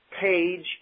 page